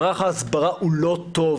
מערך ההסברה הוא לא טוב,